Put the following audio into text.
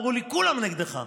אמרו לי: כולם נגדך.